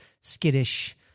skittish